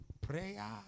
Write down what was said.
prayer